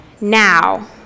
now